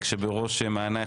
כשבראש מעיינך,